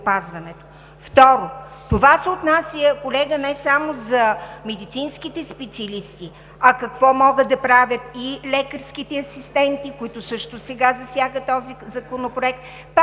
Второ, това се отнася не само за медицинските специалисти, а какво могат да правят и лекарските асистенти, които този законопроект